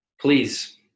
please